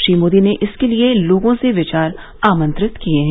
श्री मोदी ने इसके लिए लोगों से विचार आमंत्रित किए हैं